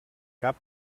cap